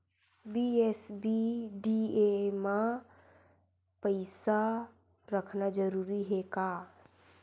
BSBDA मा पईसा रखना जरूरी हे का?